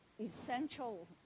essential